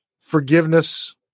forgiveness